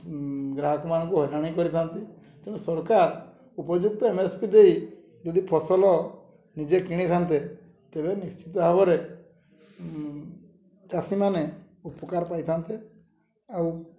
ଗ୍ରାହକମାନଙ୍କୁ ହଇରାଣ କରିଥାନ୍ତି ତେଣୁ ସରକାର ଉପଯୁକ୍ତ ଏମ୍ ଏସ୍ ପି ଦେଇ ଯଦି ଫସଲ ନିଜେ କିଣିଥାନ୍ତେ ତେବେ ନିଶ୍ଚିତ ଭାବରେ ଚାଷୀମାନେ ଉପକାର ପାଇଥାନ୍ତେ ଆଉ